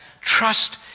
Trust